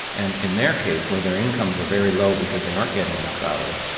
and in their case, where there incomes are very low because they aren't getting enough hours,